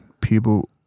people